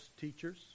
teachers